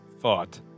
fought